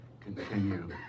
continue